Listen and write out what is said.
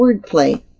wordplay